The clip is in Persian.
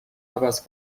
عوض